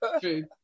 True